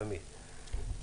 הצבעה אושרה.